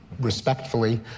respectfully